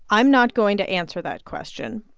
i'm not going to answer that question.